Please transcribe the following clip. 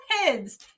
heads